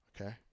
okay